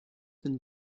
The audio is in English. than